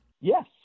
Yes